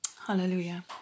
Hallelujah